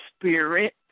spirit